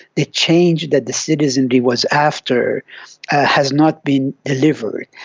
the change that the citizenry was after has not been delivered.